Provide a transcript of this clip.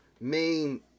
main